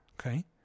Okay